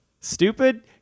stupid